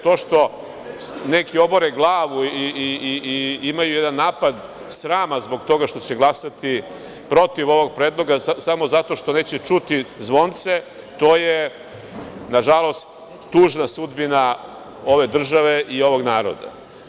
To što neki obore glavu i imaju jedan napad srama zbog toga što će glasati protiv ovog predloga samo zato što neće čuti zvonce, to je, nažalost, tužna sudbina ove države i ovog naroda.